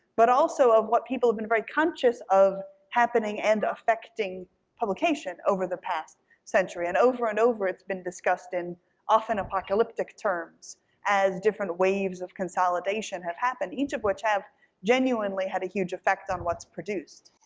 but also of what people have been very conscious of happening and affecting publication over the past century, and over and over, it's been discussed in often apocalyptic terms as different waves of consolidation have happened, each of which have genuinely had a huge effect on what's produced.